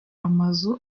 amazu